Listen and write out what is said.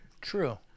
True